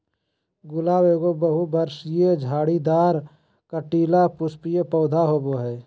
गुलाब एगो बहुवर्षीय, झाड़ीदार, कंटीला, पुष्पीय पौधा होबा हइ